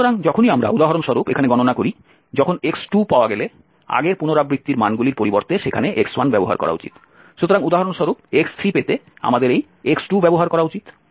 সুতরাং যখনই আমরা উদাহরণস্বরূপ এখানে গণনা করি তখন x2পাওয়া গেলে আগের পুনরাবৃত্তির মানগুলির পরিবর্তে সেখানে x1 ব্যবহার করা উচিত সুতরাং উদাহরণস্বরূপ x3 পেতে আমাদের এই x2 ব্যবহার করা উচিত